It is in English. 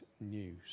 news